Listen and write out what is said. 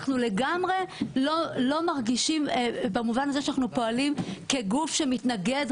אנחנו לגמרי לא מרגישים במובן הזה שאנחנו פועלים כגוף שמתנגד,